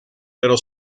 pero